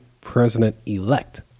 president-elect